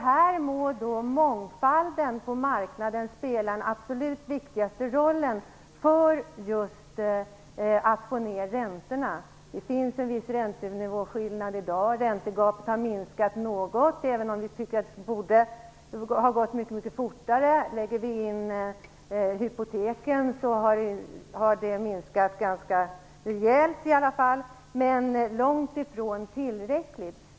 Här må då mångfalden på marknaden spela den absolut viktigaste rollen just för att få ner räntorna. Det finns en viss räntenivåskillnad i dag. Räntegapet kan minskas något, även om vi tycker att det borde gå fortare. Om man tar med hypoteken har i alla fall räntegapet minskat ganska rejält, men det är långt ifrån tillräckligt.